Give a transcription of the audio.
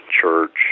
church